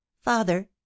Father